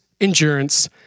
endurance